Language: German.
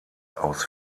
aus